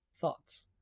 Thoughts